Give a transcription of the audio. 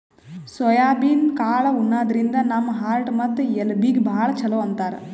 soybean ಕಾಳ್ ಉಣಾದ್ರಿನ್ದ ನಮ್ ಹಾರ್ಟ್ ಮತ್ತ್ ಎಲಬೀಗಿ ಭಾಳ್ ಛಲೋ ಅಂತಾರ್